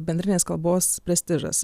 bendrinės kalbos prestižas